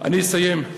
אני אסיים.